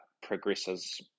progresses